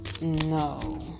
no